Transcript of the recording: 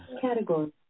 category